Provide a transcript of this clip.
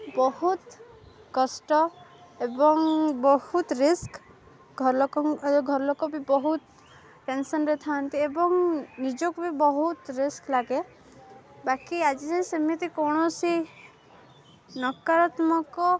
ବହୁତ କଷ୍ଟ ଏବଂ ବହୁତ ରିସ୍କ ଘରଲୋକଙ୍କ ଘରଲୋକ ବି ବହୁତ ଟେନସନ୍ରେ ଥାଆନ୍ତି ଏବଂ ନିଜକୁ ବି ବହୁତ ରିସ୍କ ଲାଗେ ବାକି ଆଜି ଯାଏଁ ସେମିତି କୌଣସି ନକାରାତ୍ମକ